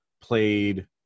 played